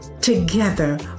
Together